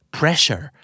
pressure